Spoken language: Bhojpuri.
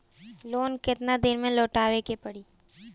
लोन केतना दिन में लौटावे के पड़ी?